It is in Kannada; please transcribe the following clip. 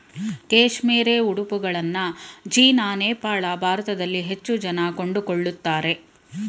ಕೇಶ್ಮೇರೆ ಉಡುಪುಗಳನ್ನ ಚೀನಾ, ನೇಪಾಳ, ಭಾರತದಲ್ಲಿ ಹೆಚ್ಚು ಜನ ಕೊಂಡುಕೊಳ್ಳುತ್ತಾರೆ